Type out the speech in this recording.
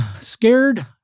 scared